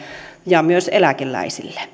ja myös eläkeläisille